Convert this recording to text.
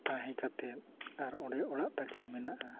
ᱛᱟᱦᱮᱸ ᱠᱟᱛᱮᱫ ᱟᱨ ᱚᱸᱰᱮ ᱚᱲᱟᱜ ᱛᱟᱹᱠᱤᱱ ᱢᱮᱱᱟᱜᱼᱟ